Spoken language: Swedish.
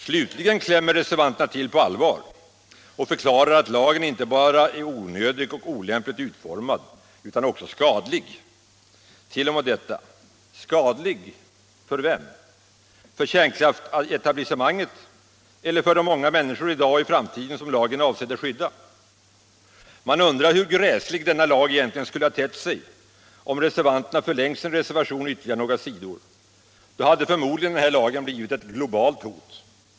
Slutligen klämmer reservanterna till på allvar och förklarar att lagen ”är inte bara onödig och olämpligt utformad utan också skadlig”. T. o. m. det! Skadlig för vem? För kärnkraftsetablissemanget eller för de många människor i dag och i framtiden som lagen är avsedd att skydda? Man undrar hur gräslig denna lag egentligen skulle ha tett sig om reservanterna förlängt sin reservation ytterligare några sidor. Då hade lagen förmodligen blivit ett globalt hot.